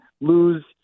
lose